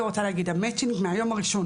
המצ'ינג מהיום הראשון,